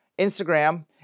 Instagram